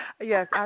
Yes